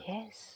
Yes